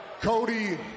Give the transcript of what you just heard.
Cody